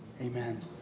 Amen